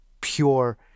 pure